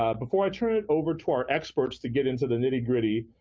ah before i turn it over to our experts to get into the nitty gritty,